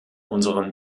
unseren